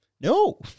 no